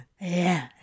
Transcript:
Yeah